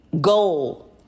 goal